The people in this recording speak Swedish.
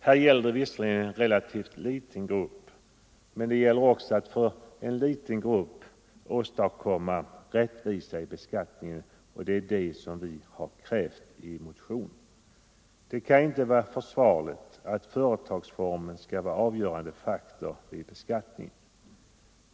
Här gäller det visserligen en relativt liten grupp, men det gäller också att för en liten grupp åstadkomma rättvisa i beskattningen, och det är detta vi har krävt i motionen. Det kan inte vara försvarligt att företagsformen skall vara avgörande faktor vid beskattningen.